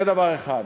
זה דבר אחד.